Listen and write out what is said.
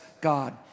God